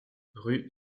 rue